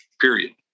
period